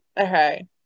Okay